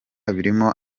birimo